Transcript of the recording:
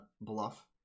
Bluff